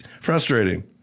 frustrating